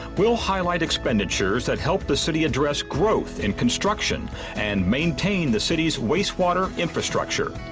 we'll highlight expenditures that help the city address growth and construction and maintain the city's wastewater infrastructure.